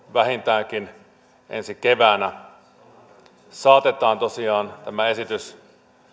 vähintäänkin ensi keväänä saatetaan tämä esitys